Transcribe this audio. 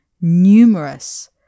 numerous